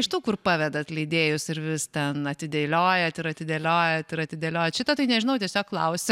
iš tų kur pavedat leidėjus ir vis ten atideiliojat ir atidėliojat ir atidėliojat šito tai nežinau tiesiog klausiu